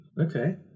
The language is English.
Okay